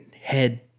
head